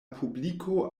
publiko